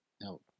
No